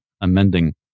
amending